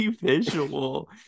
visual